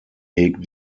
hegt